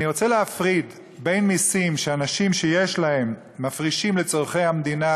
אני רוצה להפריד בין מסים שאנשים שיש להם מפרישים לצורכי המדינה,